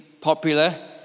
popular